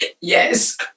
Yes